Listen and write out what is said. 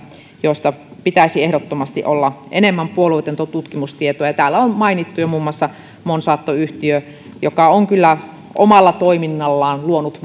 joista pitäisi ehdottomasti olla enemmän puolueetonta tutkimustietoa ja täällä on mainittu jo muun muassa monsanto yhtiö joka on kyllä omalla toiminnallaan luonut